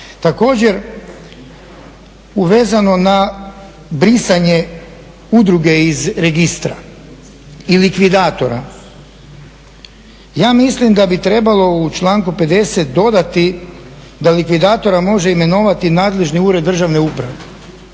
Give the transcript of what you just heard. Također, vezano na brisanje udruge iz registra i likvidatora. Ja mislim da bi trebalo u članku 50. dodati da likvidatora može imenovati nadležni ured državne uprave